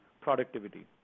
productivity